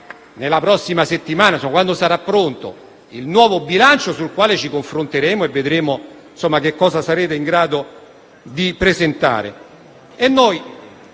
la prossima settimana o quando sarà pronto il nuovo bilancio, sul quale ci confronteremo, e vedremo che cosa sarete in grado di presentare.